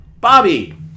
Bobby